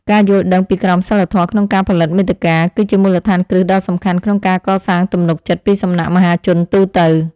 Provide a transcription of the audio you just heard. ការយល់ដឹងពីក្រមសីលធម៌ក្នុងការផលិតមាតិកា គឺជាមូលដ្ឋានគ្រឹះដ៏សំខាន់ក្នុងការកសាងទំនុកចិត្តពីសំណាក់មហាជនទូទៅ។